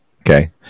Okay